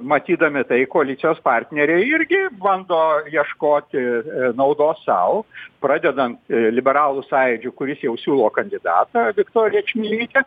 matydami tai koalicijos partneriai irgi bando ieškoti naudos sau pradedant liberalų sąjūdžiu kuris jau siūlo kandidatą viktoriją čmilytę